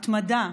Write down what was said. התמדה,